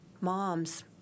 Moms